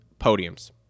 podiums